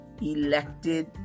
elected